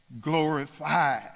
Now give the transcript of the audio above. glorified